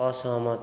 असहमत